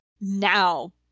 now